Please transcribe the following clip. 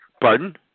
Pardon